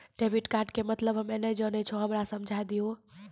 Debit card के मतलब हम्मे नैय जानै छौ हमरा समझाय दियौ?